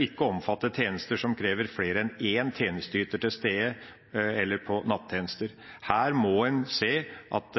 ikke å omfatte tjenester som krever flere enn en tjenesteyter til stede, eller nattjenester. Her må en se at